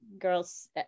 girls